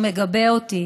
שמגבה אותי.